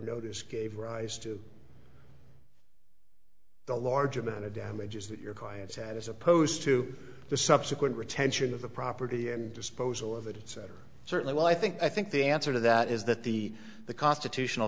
notice gave rise to the large amount of damages that your clients had as opposed to the subsequent retention of the property and disposal of it it's certainly well i think i think the answer to that is that the the constitutional